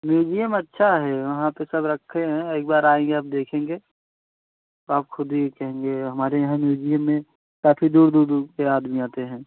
museum अच्छा है वहाँ पर सब रखे हैं एक बार आएँगे आप देखेंगे तो आप ख़ुद ही कहेंगे हमारे यहाँ म्यूजियम में काफ़ी दूर दूर दूर के आदमी आते हैं